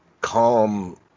calm